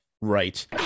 right